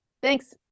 Thanks